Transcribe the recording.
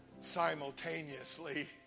Simultaneously